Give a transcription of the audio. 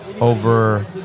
over